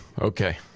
okay